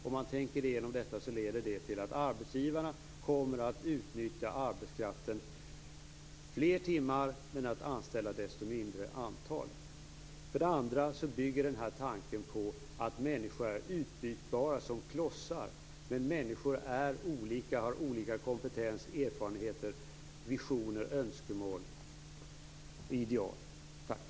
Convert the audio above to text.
Om man tänker igenom detta kommer man fram till att det skulle innebära att arbetsgivarna utnyttjar arbetskraften fler timmar men att de anställer desto färre. Den här tanken bygger dessutom på att människor är utbytbara som klossar, men människor är olika, med olika kompetens, erfarenheter, visioner, önskemål och ideal. Tack!